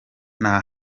nta